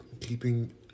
Keeping